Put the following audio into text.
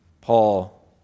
Paul